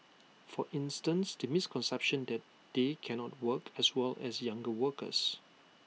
for instance the misconception that they cannot work as well as younger workers